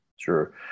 Sure